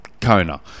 Kona